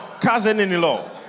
cousin-in-law